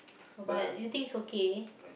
but you think it's okay